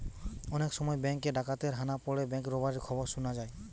অনেক সময় বেঙ্ক এ ডাকাতের হানা পড়ে ব্যাঙ্ক রোবারির খবর শুনা যায়